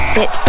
Sit